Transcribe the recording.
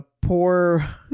poor